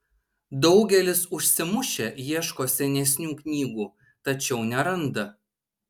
daugelis užsimušę ieško senesnių knygų tačiau neranda